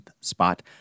spot